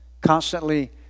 constantly